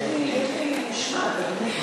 יש לי משמעת, אדוני.